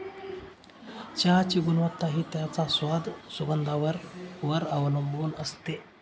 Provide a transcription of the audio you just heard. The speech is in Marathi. चहाची गुणवत्ता हि त्याच्या स्वाद, सुगंधावर वर अवलंबुन असते